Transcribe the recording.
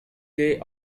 day